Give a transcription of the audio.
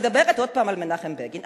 מדברת שוב על מנחם בגין,